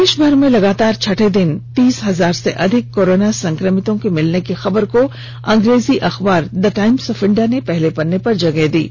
देशभर में लगातार छठे दिन तीस हजार से अधिक कोरोना संक्रमितों के मिलने की खबर को अंग्रेजी अखबार द टाइम्स ऑफ इंडिया ने पहले पन्ने पर प्रमुखता से छापा है